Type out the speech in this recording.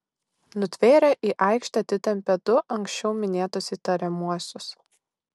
nutvėrę į aikštę atitempė du anksčiau minėtus įtariamuosius